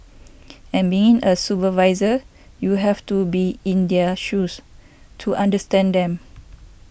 and being a supervisor you have to be in their shoes to understand them